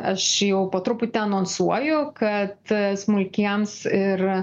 aš jau po truputį anonsuoju kad smulkiems ir